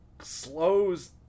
slows